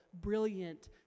brilliant